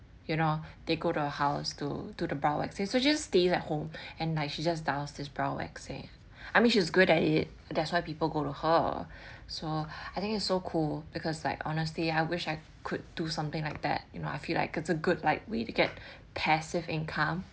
you know they go to her house to to the brow waxing so just stay at home and like she just does this brow waxing I mean she's good at it that's why people go to her so I think it's so cool because like honestly I wish I could do something like you know I feel like it's a good like way to get passive income